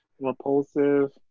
Repulsive